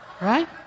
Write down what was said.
Right